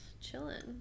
chilling